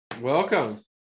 Welcome